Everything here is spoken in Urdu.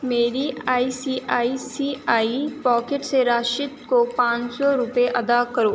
میری I C I C I pockets سے راشد کو پانچ سو روپے ادا کرو